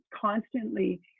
constantly